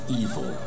evil